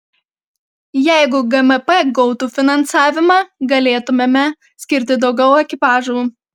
jeigu gmp gautų finansavimą galėtumėme skirti daugiau ekipažų